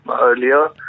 earlier